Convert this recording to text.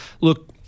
look